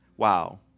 Wow